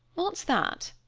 what's that?